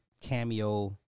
cameo